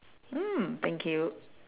mm thank you